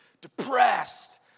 depressed